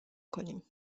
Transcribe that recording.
کنیم